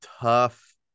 tough